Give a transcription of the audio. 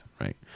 right